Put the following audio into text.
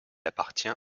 appartient